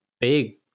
big